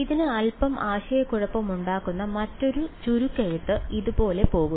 ഇതിന് അൽപ്പം ആശയക്കുഴപ്പമുണ്ടാക്കുന്ന മറ്റൊരു ചുരുക്കെഴുത്ത് ഇതുപോലെ പോകുന്നു